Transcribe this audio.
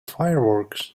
fireworks